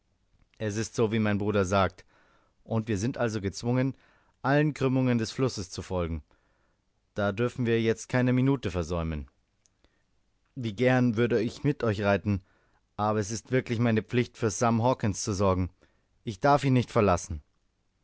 es ist so wie mein bruder sagt und wir sind also gezwungen allen krümmungen des flusses zu folgen da dürfen wir jetzt keine minute versäumen wie gern würde ich mit euch reiten aber es ist wirklich meine pflicht für sam hawkens zu sorgen ich darf ihn nicht verlassen